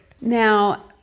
Now